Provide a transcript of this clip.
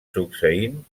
succeint